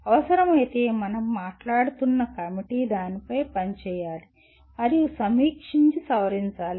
అవసరమైతే మనం మాట్లాడుతున్న కమిటీ దానిపై పనిచేయాలి మరియు సమీక్షించి సవరించాలి